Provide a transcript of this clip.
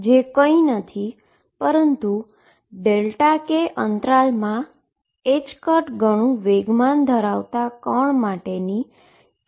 જે કંઈ નથી પરંતુ k ઈન્ટરવલમા ℏk ગણુ મોમેન્ટમ ધરવતા પાર્ટીકલ માટેની k આસપાસની પ્રોબેબીલીટી છે